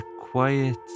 quiet